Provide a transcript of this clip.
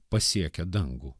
pasiekia dangų